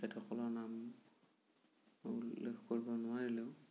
তেখেতসকলৰ নাম মই উল্লেখ কৰিব নোৱাৰিলেও